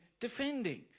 defending